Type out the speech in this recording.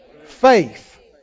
Faith